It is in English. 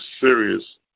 serious